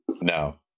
No